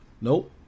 Nope